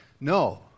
No